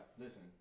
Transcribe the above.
listen